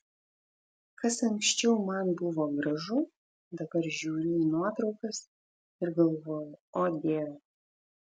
kas anksčiau man buvo gražu dabar žiūriu į nuotraukas ir galvoju o dieve